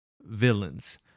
Villains